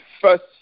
First